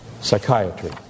Psychiatry